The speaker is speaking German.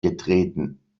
getreten